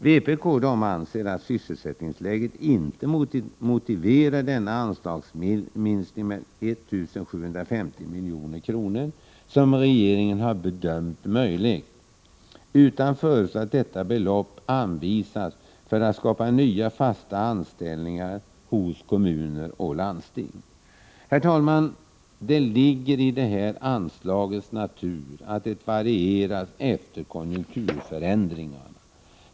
Vpk anser att sysselsättningsläget inte motiverar den anslagsminskning med 1 750 milj.kr. som regeringen har bedömt möjlig, utan föreslår att beloppet anvisas för att skapa nya och fasta anställningar hos kommuner och landsting. Herr talman! Det ligger i det här anslagets natur att det varieras efter konjunkturförändringarna.